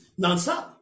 nonstop